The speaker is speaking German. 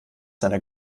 seiner